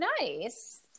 nice